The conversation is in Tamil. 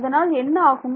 அதனால் என்ன ஆகும்